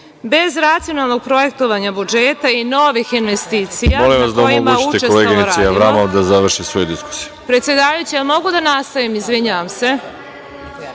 Bez racionalnog projektovanja budžeta i novih investicija, na kojima učestalo radimo,